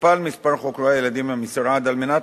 הוכפל מספר חוקרי הילדים במשרד על מנת